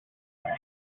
man